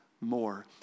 more